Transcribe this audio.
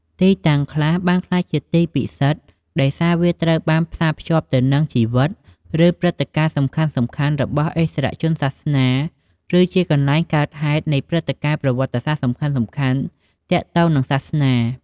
ទីតាំងខ្លះបានក្លាយជាទីពិសិដ្ឋដោយសារវាត្រូវបានផ្សារភ្ជាប់ទៅនឹងជីវិត ឬព្រឹត្តិការណ៍សំខាន់ៗរបស់ឥស្សរជនសាសនា ឬជាកន្លែងកើតហេតុនៃព្រឹត្តិការណ៍ប្រវត្តិសាស្ត្រសំខាន់ៗទាក់ទងនឹងសាសនា។